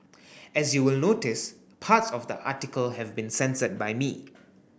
as you will notice parts of the article have been censored by me